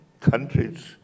countries